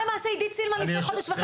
עידית צילמה לפני חודש וחצי,